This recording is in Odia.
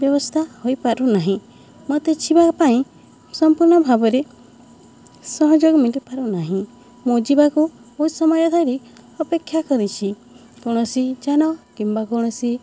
ବ୍ୟବସ୍ଥା ହୋଇପାରୁ ନାହିଁ ମୋତେ ଯିବା ପାଇଁ ସମ୍ପୂର୍ଣ୍ଣ ଭାବରେ ସହଯୋଗ ମଳିପାରୁ ନାହିଁ ମୁଁ ଯିବାକୁ ବହୁତ ସମୟ ଧରି ଅପେକ୍ଷା କରିଛି କୌଣସି ଯାନ କିମ୍ବା କୌଣସି